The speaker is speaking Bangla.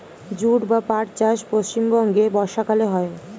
জুট বা পাট চাষ পশ্চিমবঙ্গে বর্ষাকালে হয়